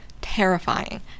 Terrifying